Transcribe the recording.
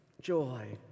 joy